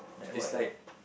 it's like